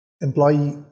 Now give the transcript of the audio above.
employee